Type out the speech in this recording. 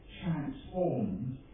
transformed